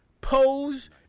Pose